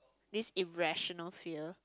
this irrational fear